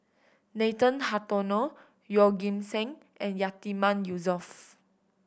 Nathan Hartono Yeoh Ghim Seng and Yatiman Yusof